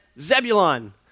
Zebulon